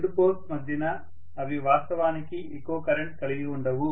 రెండు పోల్స్ మధ్యన అవి వాస్తవానికి ఎక్కువ కరెంట్ కలిగి ఉండవు